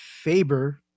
Faber